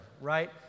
Right